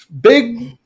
Big